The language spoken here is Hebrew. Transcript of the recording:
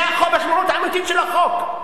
זה המשמעות האמיתית של החוק: